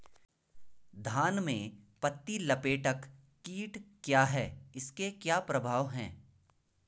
धान में पत्ती लपेटक कीट क्या है इसके क्या प्रभाव हैं?